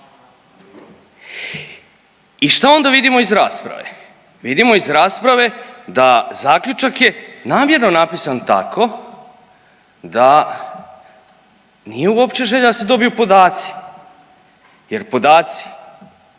i šta onda vidimo iz rasprave? Vidimo iz rasprave da zaključak je namjerno napisan tako da nije uopće želja da se dobiju podaci jer podaci,